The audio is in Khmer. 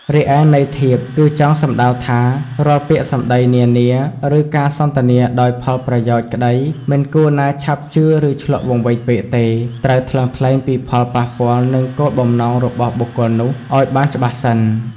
រីឯន័យធៀបគឺចង់សំដៅថា រាល់ពាក្យសម្តីនានា ឬការសន្ទនាដោយផលប្រយោជន៍ក្តីមិនគួរណាឆាប់ជឿឬឈ្លក់វង្វេងពេកទេ ត្រូវ ថ្លឹងថ្លែងពីផលប៉ះពាល់និងគោលបំណងរបស់បុគ្គលនោះឲ្យបានច្បាស់សិន។